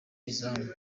izamu